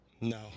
No